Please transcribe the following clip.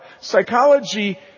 psychology